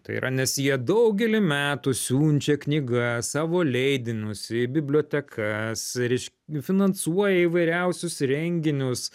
tai yra nes jie daugelį metų siunčia knygas savo leidinius į bibliotekas reiš finansuoja įvairiausius renginius